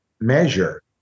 measure